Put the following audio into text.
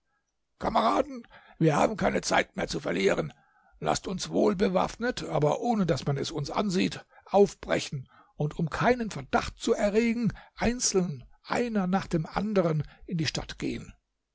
kameraden wir haben keine zeit mehr zu verlieren laßt uns wohlbewaffnet aber ohne daß man es uns ansieht aufbrechen und um keinen verdacht zu erregen einzeln einer nach dem andern in die stadt gehen